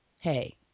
hey